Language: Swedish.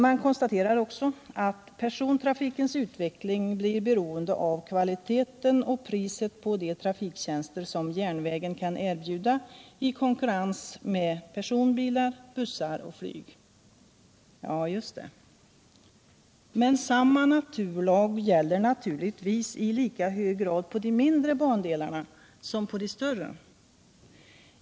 Man konstaterar också att persontrafikens utveckling blir beroende av kvaliteten och priset på de trafiktjänster som järnvägen kan erbjuda i konkurrens med personbilar, bussar och flyg. Ja, just det. Men samma ”naturlag” gäller naturligtvis i lika hög grad på de mindre bandelarna som på de större.